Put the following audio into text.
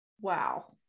Wow